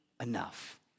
enough